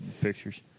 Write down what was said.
pictures